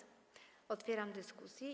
Otwieram dyskusję.